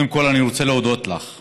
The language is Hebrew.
להכנה לקריאה